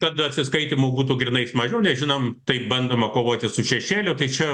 tada atsiskaitymų būtų grynais mažiau nes žinom taip bandoma kovoti su šešėliu tai čia